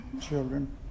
children